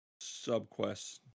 sub-quest